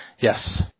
Yes